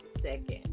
second